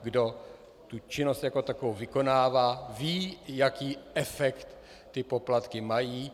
Kdo tu činnost jako takovou vykonává, ví, jaký efekt ty poplatky mají.